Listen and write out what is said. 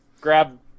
grab